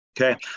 Okay